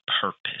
purpose